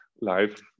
live